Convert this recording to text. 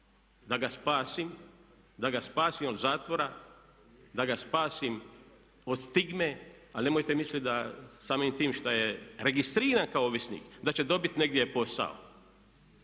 da ga spasim, da ga spasim od zatvora, da ga spasim od stigme. Ali nemojte mislit da samim tim šta je registriran kao ovisnik da će dobit negdje posao.